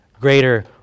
greater